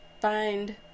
find